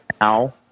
now